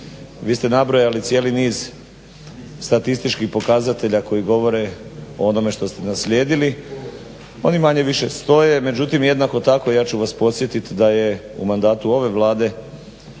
Vi ste nabrojali cijeli niz statističkih pokazatelja koji govore o onome što ste naslijedili. Oni manje-više stoje, međutim jednako tako ja ću vas podsjetiti da je u mandatu ove Vlade